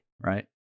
right